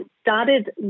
started